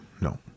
no